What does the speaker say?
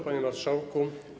Panie Marszałku!